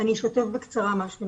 מה שנקרא הלמידה